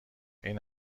این